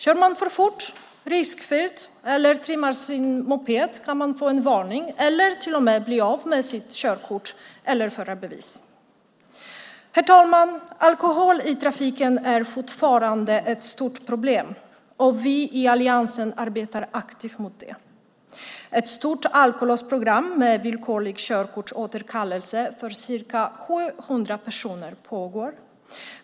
Kör man för fort eller riskfyllt eller trimmar sin moped kan man få en varning eller till och med bli av med sitt körkort eller förarbevis. Herr talman! Alkohol i trafiken är fortfarande ett stort problem, och vi i alliansen arbetar aktivt mot det. Ett stort alkolåsprogram med villkorlig körkortsåterkallelse för ca 700 personer pågår.